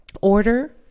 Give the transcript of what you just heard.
order